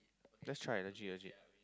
just try legit legit